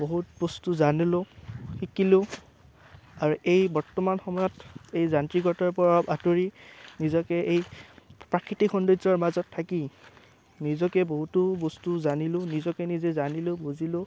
বহুত বস্তু জানিলোঁ শিকিলোঁ আৰু এই বৰ্তমান সময়ত এই যান্ত্ৰিকতাৰপৰা আঁতৰি নিজকে এই প্ৰাকৃতিক সৌন্দৰ্যৰ মাজত থাকি নিজকে বহুতো বস্তু জানিলোঁ নিজকে নিজে জানিলোঁ বুজিলোঁ